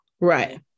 Right